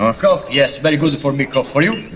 um coffee. yes very good for me, coffee. for you?